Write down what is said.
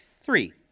Three